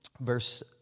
verse